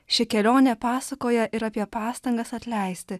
ši kelionė pasakoja ir apie pastangas atleisti